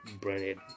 branded